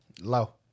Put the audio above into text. low